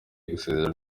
gusezera